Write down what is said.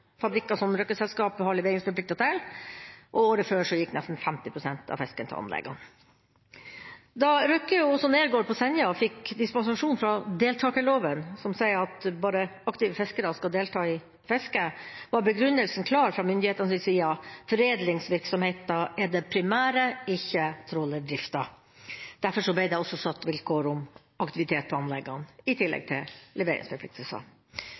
fabrikker som Røkke-selskapet har leveringsforpliktelser til. Året før gikk nesten 50 pst. av fisken til anleggene. Da Røkke og også Nergård på Senja fikk dispensasjon fra deltakerloven, som sier at bare aktive fiskere kan delta i fisket, var begrunnelsen klar fra myndighetenes side: Foredlingsvirksomheten er det primære, ikke trålerdriften. Derfor ble det også satt vilkår om aktivitet ved anleggene i tillegg